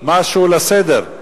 משהו לסדר?